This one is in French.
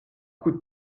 coup